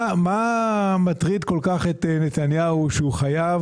מה מטריד כל כך את נתניהו שהוא חייב,